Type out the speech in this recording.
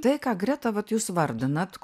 tai ką greta vat jūs vardinat